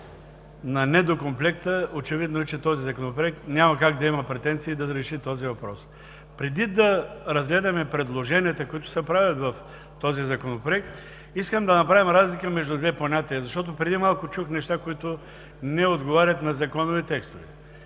на недокомплекта, очевидно е, че този Законопроект няма как да има претенции да реши този въпрос. Преди да разгледаме предложенията, които се правят в този законопроект, искам да направим разлика между две понятия, защото преди малко чух неща, които не отговарят на законови текстове.